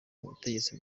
butegetsi